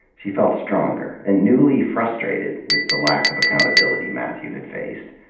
she felt stronger, and newly frustrated with the lack of accountability mathew had faced,